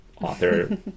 author